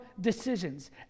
decisions